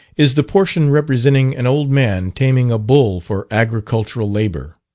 is the portion representing an old man taming a bull for agricultural labour